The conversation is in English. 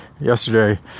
Yesterday